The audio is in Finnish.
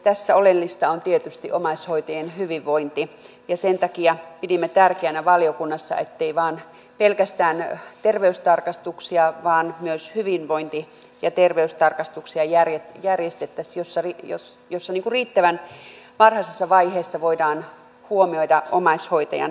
tässä oleellista on tietysti omaishoitajien hyvinvointi ja sen takia pidimme tärkeänä valiokunnassa ettei tehdä pelkästään terveystarkastuksia vaan myös hyvinvointi ja terveystarkastuksia järjestettäisiin joissa riittävän varhaisessa vaiheessa voidaan huomioida omaishoitajan jaksaminen